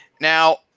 Now